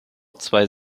zwei